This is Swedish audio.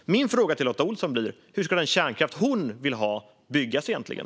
Min fråga till Lotta Olsson blir: Hur ska den kärnkraft som hon vill ha byggas egentligen?